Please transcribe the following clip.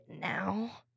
now